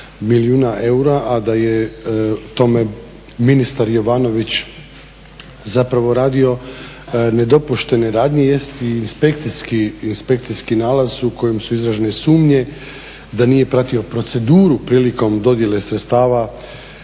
milijuna eura, a da je tome ministar Jovanović zapravo radio nedopuštene radnje jest i inspekcijski nalaz u kojem su izražene sumnje da nije pratio proceduru prilikom dodjele sredstava